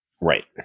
Right